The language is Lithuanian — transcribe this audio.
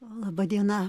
laba diena